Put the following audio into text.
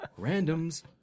Randoms